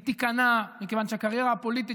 היא תיכנע מכיוון שהקריירה הפוליטית